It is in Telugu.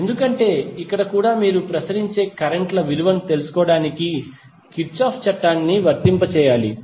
ఎందుకంటే ఇక్కడ కూడా మీరు ప్రసరించే కరెంట్ ల విలువను తెలుసుకోవడానికి కిర్చాఫ్ చట్టాన్ని వర్తింపజేయాలి